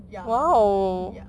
yup yup